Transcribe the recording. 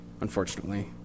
unfortunately